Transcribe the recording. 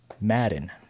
Madden